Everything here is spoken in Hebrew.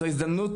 זו הזדמנות,